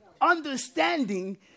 Understanding